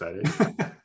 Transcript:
excited